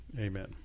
amen